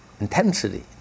intensity